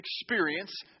experience